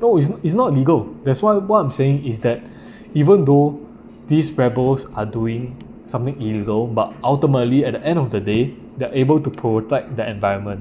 no it's it's not legal that's why I'm saying is that even though these rebels are doing something illegal but ultimately at the end of the day they're able to protect the environment